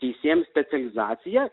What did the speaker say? teisėjam specializaciją